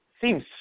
seems